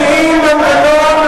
אתם מציעים מנגנון,